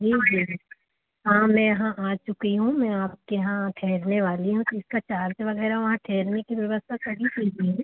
जी हाँ मैं यहाँ आ चुकी हूँ मैं आपके यहाँ ठहरने वाली हूँ तो इसका चार्ज वगैरह वहाँ ठहरने की व्यवस्था सही सही है